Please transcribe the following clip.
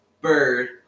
Bird